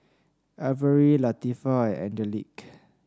Averie Latifah and Angelique